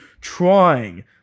trying